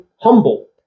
humble